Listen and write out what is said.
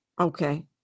okay